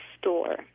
store